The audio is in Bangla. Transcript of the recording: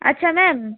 আচ্ছা ম্যাম